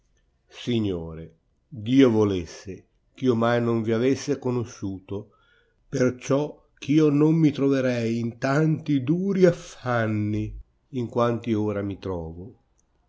signore dio volesse che io mai non vi avesse conosciuto perciò che io non mi troverei in tanti duri aff'anni in quanti ora mi trovo